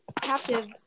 captives